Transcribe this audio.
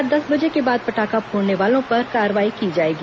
रात दस बजे के बाद पटाखा फोड़ने वालों पर कार्रवाई की जाएगी